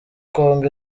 congo